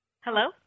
Hello